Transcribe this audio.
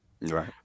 Right